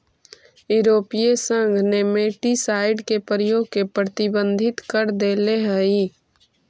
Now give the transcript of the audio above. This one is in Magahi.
यूरोपीय संघ नेमेटीसाइड के प्रयोग के प्रतिबंधित कर देले हई